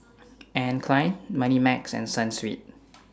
Anne Klein Moneymax and Sunsweet